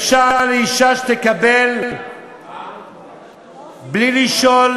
אפשר לאישה שתקבל בלי לשאול?